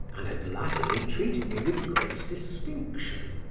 and had latterly treated me with great distinction,